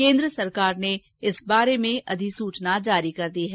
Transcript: केन्द्र सरकार ने इस बारे में अधिसूचना जारी कर दी है